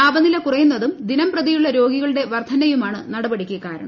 താപനില കുറയുന്നതും ദിനംപ്രതിയുള്ള രോഗികളുടെ വർധനയുമാണ് നടപടിക്കു കാരണം